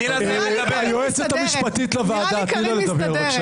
תני לה לסיים לדבר.